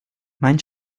mein